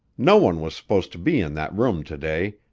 no one was supposed to be in that room to-day,